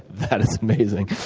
that is amazing.